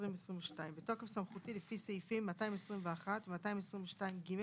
התשפ"ב-2022 בתוקף סמכותי לפי סעיפים 221 ו- 222(ג)